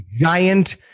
giant